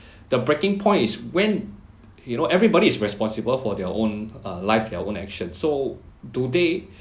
the breaking point is when you know everybody is responsible for their own uh life their own action so do they